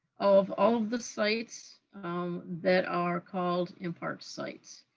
of all of the sites that are called and mpart sites,